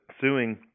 Suing